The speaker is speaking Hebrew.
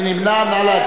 מי נמנע?